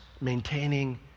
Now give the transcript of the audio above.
maintaining